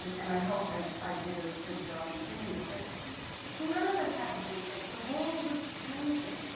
and i hope i i did a good job in doing it. but none of us had a blueprint. the world was changing.